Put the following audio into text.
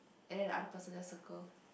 and another person just circle